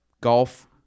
golf